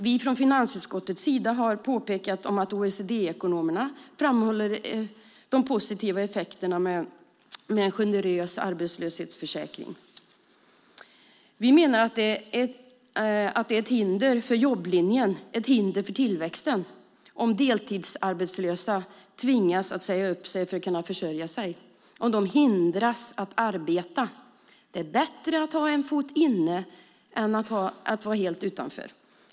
Vi har från finansutskottets sida påpekat att OECD-ekonomerna framhåller de positiva effekterna av en generös arbetslöshetsförsäkring. Vi menar att det är ett hinder för jobblinjen, ett hinder för tillväxten, om deltidsarbetslösa tvingas säga upp sig för att kunna försörja sig, om de hindras att arbeta. Det är bättre att ha en fot inne än att vara helt utanför.